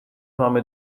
mamy